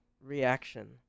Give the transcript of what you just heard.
reaction